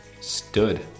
stood